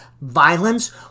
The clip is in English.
violence